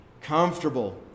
comfortable